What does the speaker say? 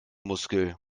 muskel